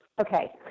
Okay